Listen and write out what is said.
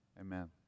amen